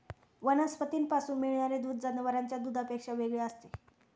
वनस्पतींपासून मिळणारे दूध जनावरांच्या दुधापेक्षा वेगळे असते